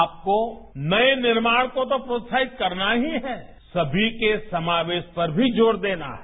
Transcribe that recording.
आपको नए निर्माण को प्रोत्साहित करना ही है सभी के समावेश पर भी जोर देना है